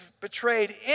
betrayed